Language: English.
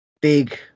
big